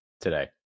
today